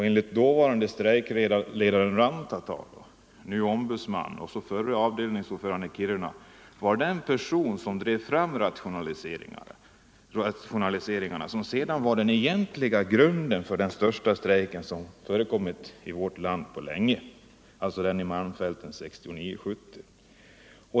Enligt dåvarande strejkledaren Rantatalo, nu ombudsman, och förre avdelningsordföranden i Kiruna var det den personen som drev fram de rationaliseringar som sedan var den egentliga grunden för den största strejk som förekommit på länge i vårt land, den i Malmfälten 1969-1970.